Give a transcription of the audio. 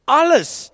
alles